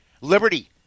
Liberty